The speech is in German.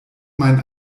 mein